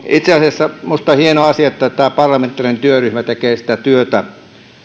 itse asiassa minusta on hieno asia että että tämä parlamentaarinen työryhmä tekee työtä